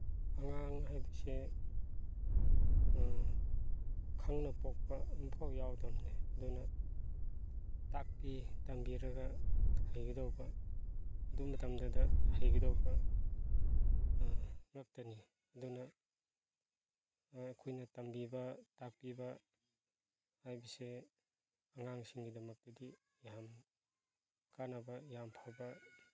ꯑꯉꯥꯡ ꯍꯥꯏꯕꯁꯦ ꯈꯪꯅ ꯄꯣꯛꯄ ꯑꯃꯐꯧ ꯌꯥꯎꯗꯝꯅꯦ ꯑꯗꯨꯅ ꯇꯥꯛꯄꯤ ꯇꯝꯕꯤꯔꯒ ꯍꯩꯒꯗꯧꯕ ꯑꯗꯨ ꯃꯇꯝꯗꯗ ꯍꯩꯒꯗꯧꯕ ꯉꯥꯛꯇꯅꯤ ꯑꯗꯨꯅ ꯑꯩꯈꯣꯏꯅ ꯇꯝꯕꯤꯕ ꯇꯥꯛꯄꯤꯕ ꯍꯥꯏꯕꯁꯦ ꯑꯉꯥꯡꯁꯤꯡꯒꯤꯗꯃꯛꯇꯗꯤ ꯌꯥꯝ ꯀꯥꯅꯕ ꯌꯥꯝ ꯐꯕ